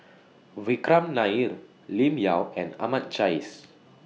Vikram Nair Lim Yau and Ahmad Jais